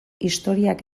historiak